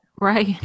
Right